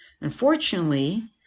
Unfortunately